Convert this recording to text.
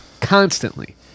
constantly